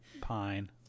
Pine